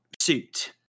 suit